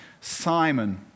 Simon